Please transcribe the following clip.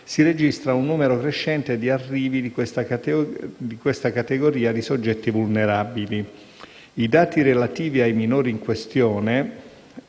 si registra un numero crescente di arrivi di questa categoria di soggetti vulnerabili. I dati relativi ai minori in questione,